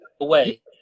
away